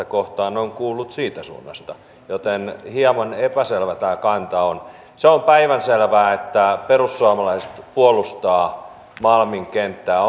kohtaan ovat kuuluneet siitä suunnasta joten hieman epäselvä tämä kanta on se on päivänselvää että perussuomalaiset puolustaa malmin kenttää